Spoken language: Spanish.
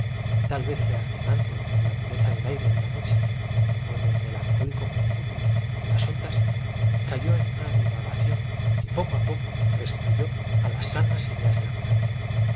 ban tal vez reaccionado por la pureza del aire de la noche y por el melancó quero permann prosiguió lico murmurio de las ondas cayó en una divagación que poco a poco lo al otro día un gran ruido despertó próspero al cual le pareció restituyó a las sanas ideas de la moral